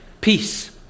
peace